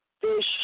fish